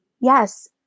yes